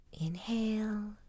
Inhale